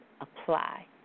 apply